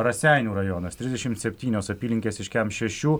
raseinių rajonas trisdešimt septynios apylinkės iš kem šešių